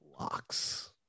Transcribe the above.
locks